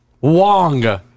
wong